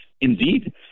indeed